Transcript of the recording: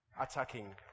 attacking